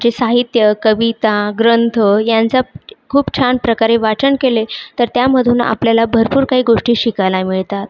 जे साहित्य कविता ग्रंथ यांचा खूप छान प्रकारे वाचन केले तर त्यामधून आपल्याला भरपूर काही गोष्टी शिकायला मिळतात